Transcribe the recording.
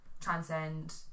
transcend